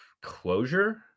closure